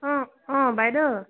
অঁ অঁ বাইদেউ